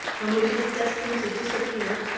and which is destined to disappear,